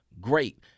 great